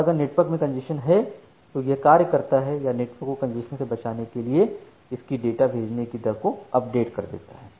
और अगर नेटवर्क में कंजेशन है तो यह कार्य करता है या नेटवर्क को कंजेशन से बचाने के लिए यह इसकी डाटा भेजने की दर को अपडेट कर देता है